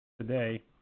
today